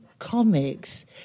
comics